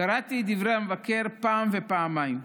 קראתי את דברי המבקר פעם ופעמיים,